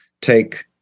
take